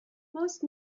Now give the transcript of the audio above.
most